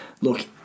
look